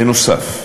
בנוסף,